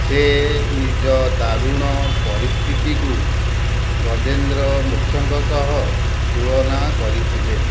ସେ ନିଜ ଦାରୁଣ ପରିସ୍ଥିତିକୁ ଗଜେନ୍ଦ୍ର ମୋକ୍ଷଙ୍କ ସହ ତୁଳନା କରିଥିଲେ